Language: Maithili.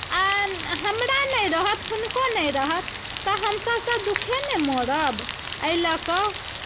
आ हमरा नहि रहत हुनको नहि रहत तऽ हमसभ तऽ दुखे ने मरब एहि लऽ कऽ